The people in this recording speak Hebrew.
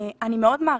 אני מאוד מעריכה,